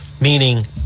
Meaning